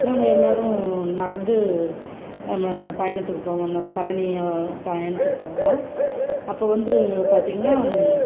நாங்கள் எல்லோரும் நடந்து பயணத்துக்கு போவோம் நம் பழனிய பயணத்துக்கு போவோம் அப்போ வந்து பார்த்திங்கனா